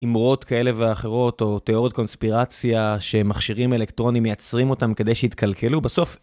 אימרות כאלה ואחרות או תיאוריות קונספירציה שמכשירים אלקטרונים מייצרים אותם כדי שיתקלקלו בסוף.